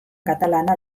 katalana